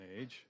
age